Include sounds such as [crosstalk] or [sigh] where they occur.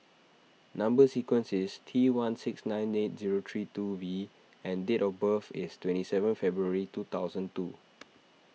Number Sequence is T one six nine eight zero three two V and date of birth is twenty seven February two thousand and two [noise]